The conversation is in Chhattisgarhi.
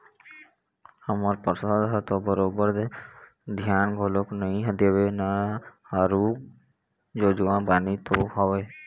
हमर पार्षद ह तो बरोबर धियान घलोक नइ देवय ना आरुग जोजवा बानी तो हवय